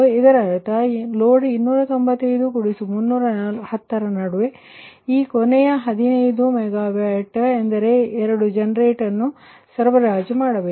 ಇದರರ್ಥ ಲೋಡ್ 295 ಮತ್ತು 310 ರ ನಡುವೆ ಈ ಕೊನೆಯ 15 MWಎಂದರೆ ಎರಡು ಜನರೇಟರ್ ಅನ್ನು ಸರಬರಾಜು ಮಾಡಬೇಕು